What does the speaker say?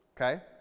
okay